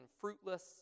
fruitless